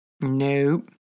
nope